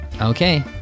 Okay